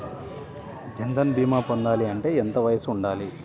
జన్ధన్ భీమా పొందాలి అంటే ఎంత వయసు ఉండాలి?